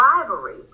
rivalry